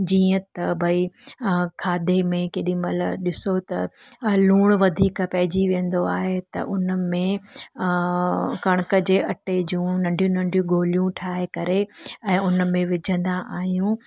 ईअं त भई खाधे में केॾी महिल ॾिसो त लूणु वधीक पइजी वेंदो आहे त उनमें कणिक जे अटे जूं नंढी नंढी गोलियूं ठाहे करे ऐं उनमें विझंदा आहियूं